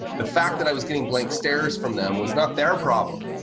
the fact that i was getting blank stares from them was not their problem.